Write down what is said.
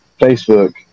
Facebook